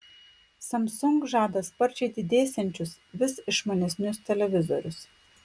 samsung žada sparčiai didėsiančius vis išmanesnius televizorius